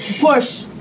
Push